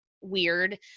weird